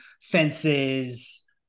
fences